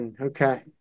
okay